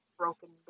broken